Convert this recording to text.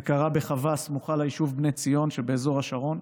זה קרה בחווה סמוכה ליישוב בני ציון שבאזור השרון.